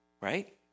right